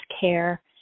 care